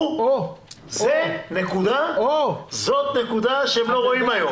זאת נקודה שהם לא רואים היום.